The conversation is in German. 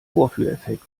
vorführeffekt